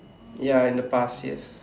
ya in the past yes